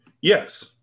Yes